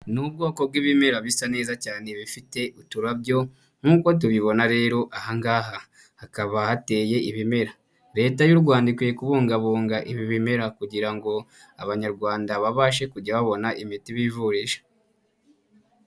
Ni ubwoko bw'ibimera bisa neza cyane bifite uturabyo, nkuko tubibona rero aha ngaha hakaba hateye ibimera. Leta y'u Rwanda ikwiye kubungabunga ibi bimera ,kugira ngo abanyarwanda babashe kujya babona imiti bivurisha.